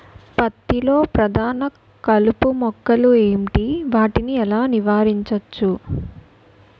పత్తి లో ప్రధాన కలుపు మొక్కలు ఎంటి? వాటిని ఎలా నీవారించచ్చు?